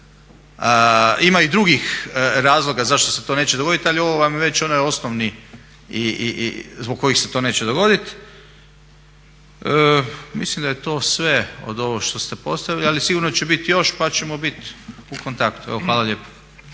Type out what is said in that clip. Ima i drugih razloga zašto se to neće dogoditi ali ovo vam je već onaj osnovni zbog kojih se to neće dogodit. Mislim da je to sve od ovog što ste postavili, ali sigurno će biti još pa ćemo bit u kontaktu. Evo, hvala lijepo.